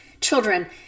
children